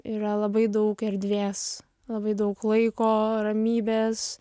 yra labai daug erdvės labai daug laiko ramybės